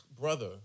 brother